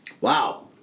Wow